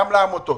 גם לעמותות,